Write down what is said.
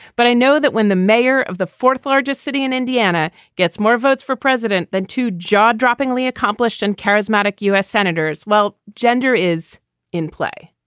but i know that when the mayor of the fourth largest city in indiana gets more votes for president than to jaw droppingly accomplished and charismatic u s. senators, well, gender is in play.